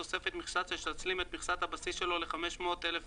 תוספת מכסה שתשלים את מכסת הבסיס שלו ל-500,000 ביצים,